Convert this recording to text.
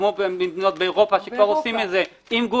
כמו במדינות באירופה -- כמו באירופה.